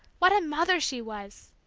what a mother she was